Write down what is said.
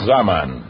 Zaman